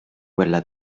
quella